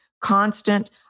constant